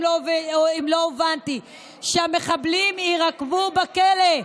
אם לא הובנתי: שהמחבלים יירקבו בכלא,